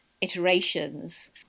iterations